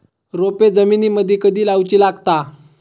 रोपे जमिनीमदि कधी लाऊची लागता?